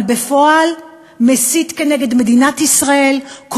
אבל בפועל מסית נגד מדינת ישראל,